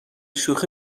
شوخی